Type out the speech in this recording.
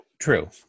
True